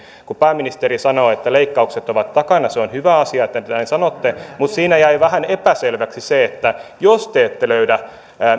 kun pääministeri sanoi että leikkaukset ovat takana se on hyvä asia että te näin sanotte mutta siinä jäi vähän epäselväksi se että jos te ette löydä